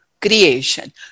creation